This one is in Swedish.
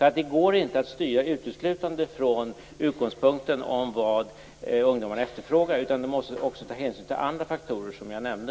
Det går alltså inte att styra tilldelningen uteslutande från utgångspunkten vad ungdomarna efterfrågar, utan man måste också ta hänsyn till de andra faktorer som jag nämnde.